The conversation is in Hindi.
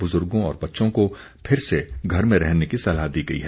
बुजुर्गो और बच्चों को फिर से घर में रहने की सलाह दी गई है